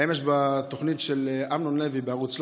אמש, בתוכנית של אמנון לוי בערוץ 13,